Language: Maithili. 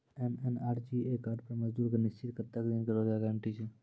एम.एन.आर.ई.जी.ए कार्ड पर मजदुर के निश्चित कत्तेक दिन के रोजगार गारंटी छै?